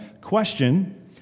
Question